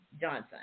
Johnson